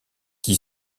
qui